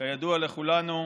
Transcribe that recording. כידוע לכולנו,